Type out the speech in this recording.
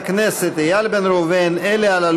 הכנסת מרב מיכאלי אושרה בקריאה טרומית,